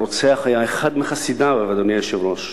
הרוצח היה אחד מחסידיו, אדוני היושב-ראש.